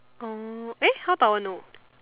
oh eh how dao-er know